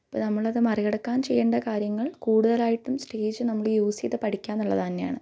ഇപ്പം നമ്മൾ അത് മറികടക്കാന് ചെയ്യണ്ട കാര്യങ്ങള് കൂടുതലായിട്ടും സ്റ്റേജ് നമ്മള് യൂസ് ചെയ്ത് പഠിക്കുക എന്നുള്ളത് തന്നെയാണ്